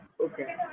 Okay